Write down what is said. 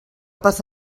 passa